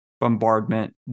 bombardment